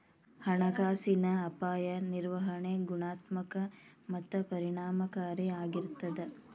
ಹಣಕಾಸಿನ ಅಪಾಯ ನಿರ್ವಹಣೆ ಗುಣಾತ್ಮಕ ಮತ್ತ ಪರಿಣಾಮಕಾರಿ ಆಗಿರ್ತದ